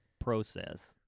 process